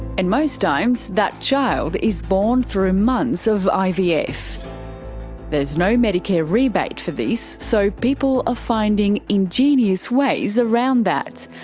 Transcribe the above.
and most times that child is born through months of ivf. there's no medicare rebate for this, so people are ah finding ingenious ways around that,